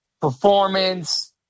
performance